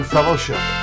Fellowship